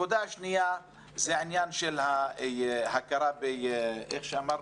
הנקודה השנייה היא הכרה בהתמחות.